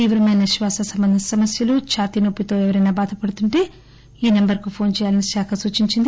తీవ్రమైన శ్వాస సంబంధ సమస్యలు ఛాతీ నొప్పితో ఎవరైనా బాధపడుతుంటే ఈ నంబరుకు ఫోన్ చేయాలని శాఖ సూచించింది